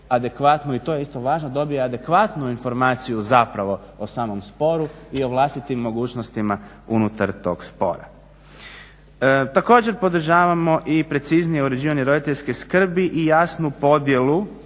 a to je isto važno, dobije adekvatnu informaciju zapravo o samom sporu i o vlastitim mogućnostima unutar tog spora. Također podržavamo i preciznije uređivanje roditeljske skrbi i jasniju podjelu